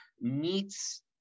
meets